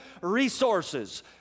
resources